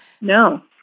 No